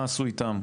מה עשו איתם?